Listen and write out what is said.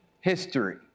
history